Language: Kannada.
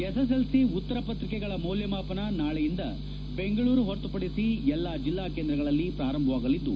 ಎಸ್ಎಸ್ಎಲ್ಸಿ ಉತ್ತರಪತ್ರಿಕೆಗಳ ಮೌಲ್ಯಮಾಪನ ನಾಳೆಯಿಂದ ಬೆಂಗಳೂರು ಹೊರತುಪಡಿಸಿ ಎಲ್ಲಾ ಜಿಲ್ಲಾ ಕೇಂದ್ರಗಳಲ್ಲಿ ಪ್ರಾರಂಭವಾಗಲಿದ್ದು